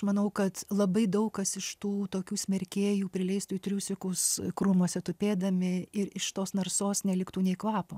manau kad labai daug kas iš tų tokių smerkėjų prileistų į triusikus krūmuose tupėdami ir iš tos narsos neliktų nė kvapo